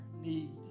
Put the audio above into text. need